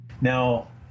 Now